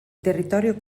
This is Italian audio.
territorio